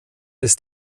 ist